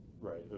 Right